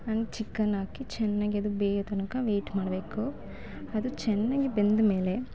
ಹಾಗ್ ಚಿಕನ್ ಹಾಕಿ ಚೆನ್ನಾಗಿ ಅದು ಬೇಯೋ ತನಕ ವೇಯ್ಟ್ ಮಾಡಬೇಕು ಅದು ಚೆನ್ನಾಗಿ ಬೆಂದಮೇಲೆ